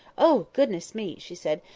oh goodness me! she said.